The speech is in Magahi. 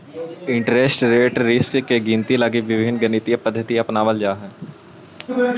इंटरेस्ट रेट रिस्क के गिनती लगी विभिन्न गणितीय पद्धति अपनावल जा हई